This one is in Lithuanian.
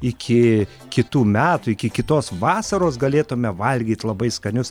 iki kitų metų iki kitos vasaros galėtume valgyt labai skanius